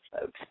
folks